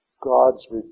God's